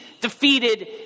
defeated